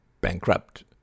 Bankrupt